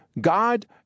God